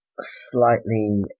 slightly